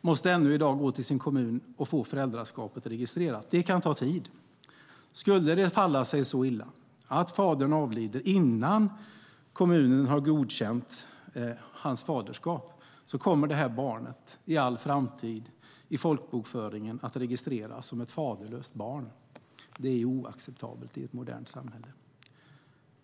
måste ännu i dag gå till sin kommun och få föräldraskapet registrerat. Det kan ta tid. Skulle det falla sig så illa att fadern avlider innan kommunen har godkänt hans faderskap kommer det här barnet i all framtid i folkbokföringen att registreras som ett faderlöst barn. Det är oacceptabelt i ett modernt samhälle.